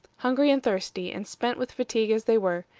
hungry and thirsty, and spent with fatigue as they were,